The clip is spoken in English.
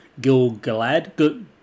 Gilgalad